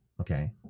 okay